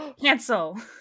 cancel